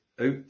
out